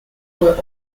were